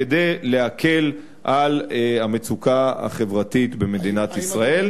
כדי להקל את המצוקה החברתית במדינת ישראל.